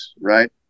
right